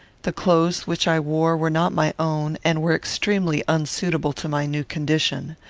the clothes which i wore were not my own, and were extremely unsuitable to my new condition.